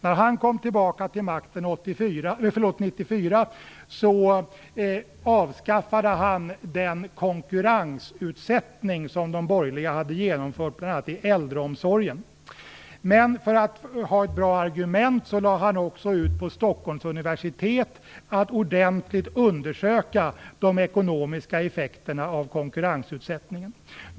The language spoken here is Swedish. När han kom tillbaka till makten 1994 avskaffade han den konkurrensutsättning som de borgerliga hade genomfört bl.a. i äldreomsorgen. Men för att ha ett bra argument lade han också ut på Stockholms universitet att ordentligt undersöka de ekonomiska effekterna av konkurrensutsättningen.